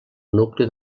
nucli